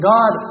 God